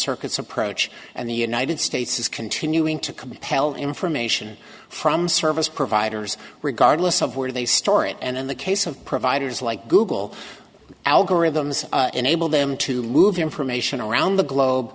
circuit's approach and the united states is continuing to compel information from service providers regardless of where they store it and in the case of providers like google algorithms enable them to move information around the globe